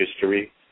history